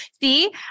See